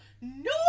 No